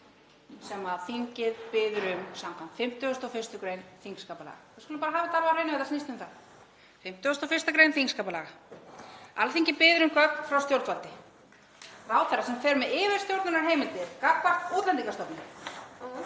sem þingið biður um skv. 51. gr. þingskapalaga. Við skulum bara hafa það alveg á hreinu að þetta snýst um það, 51. gr. þingskapalaga. Alþingi biður um gögn frá stjórnvaldi. Ráðherra sem fer með yfirstjórnunarheimildir gagnvart Útlendingastofnun